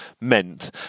meant